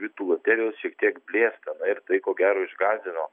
kvitų loterijos šiek tiek blėsta na ir tai ko gero išgąsdino